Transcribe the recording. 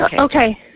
Okay